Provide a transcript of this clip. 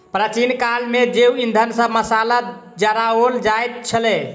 प्राचीन काल मे जैव इंधन सॅ मशाल जराओल जाइत छलै